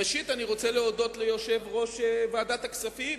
ראשית אני רוצה להודות ליושב-ראש ועדת הכספים,